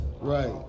right